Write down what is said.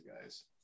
guys